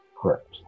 Correct